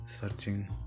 searching